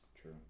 True